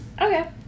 Okay